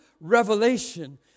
revelation